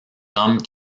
hommes